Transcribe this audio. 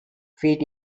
feet